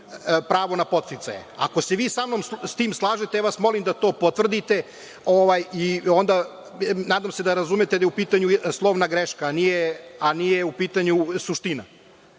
pravo na podsticaje. Ako se vi sa mnom s tim slažete, ja vas molim da to potvrdite. Nadam se da razumete da je u pitanju slovna greška, a nije u pitanju suština.